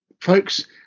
folks